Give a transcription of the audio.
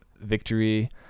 victory